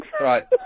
Right